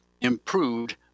improved